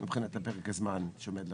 מבחינת פרק הזמן שעומד לרשות.